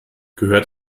gehört